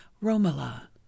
Romola